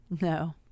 no